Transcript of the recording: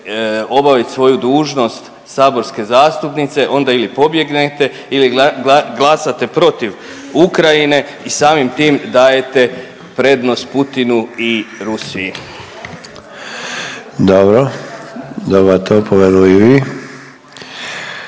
obavit svoju dužnost saborske zastupnice onda ili pobjegnete ili glasate protiv Ukrajine i samim tim dajete prednost Putinu i Rusiji. **Sanader, Ante